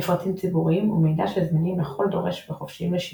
מפרטים ציבוריים ומידע שזמינים לכל דורש וחופשיים לשימוש,